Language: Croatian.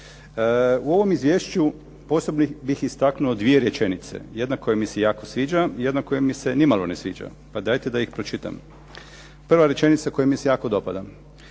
U ovom izvješću posebno bih istaknuo dvije rečenice. Jedna koja mi se jako sviđa, jedna koja mi se nimalo ne sviđa. Pa dajte da ih pročitam. Prva rečenica koja mi se jako dopada.